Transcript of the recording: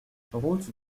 route